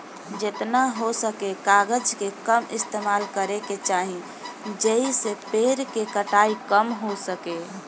जेतना हो सके कागज के कम इस्तेमाल करे के चाही, जेइसे पेड़ के कटाई कम हो सके